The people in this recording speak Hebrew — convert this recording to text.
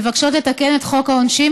מבקשות לתקן את חוק העונשין,